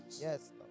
Yes